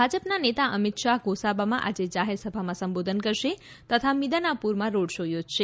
ભાજપના નેતા અમીત શાહ ગોસાબામાં આજે જાહેરસભામાં સંબોધન કરશે તથા મીદનાપુરમાં રોડ શો યોજશે